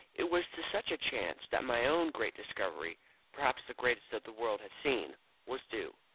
it was to such a chance that my own great discovery perhaps the greatest that the world has seen was due,